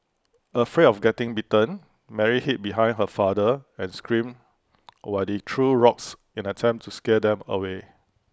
afraid of getting bitten Mary hid behind her father and screamed while he threw rocks in an attempt to scare them away